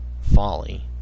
folly